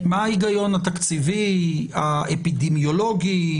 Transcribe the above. מה ההיגיון התקציבי, האפידמיולוגי?